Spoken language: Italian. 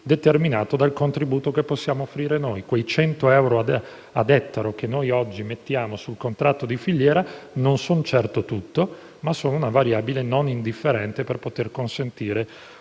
determinato dal contributo che possiamo offrire noi. Quei 100 euro a ettaro che noi oggi mettiamo sul contratto di filiera non risolvono interamente la questione, ma sono una variabile non indifferente per consentire